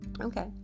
okay